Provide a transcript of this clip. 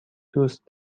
دوست